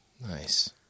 Nice